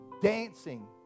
dancing